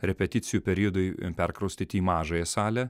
repeticijų periodui perkraustyt į mažąją salę